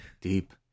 deep